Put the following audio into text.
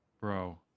Bro